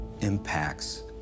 impacts